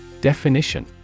Definition